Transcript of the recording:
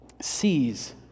sees